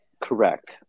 Correct